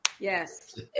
Yes